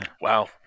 Wow